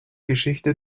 geschichte